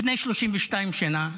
לפני 32 שנה